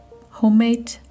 homemade